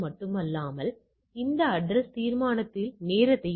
ஒட்டுமொத்த நிகழ்தகவையும் நம்மால் பெறமுடியும்